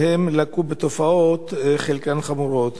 והם לקו בתופעות, חלקן חמורות.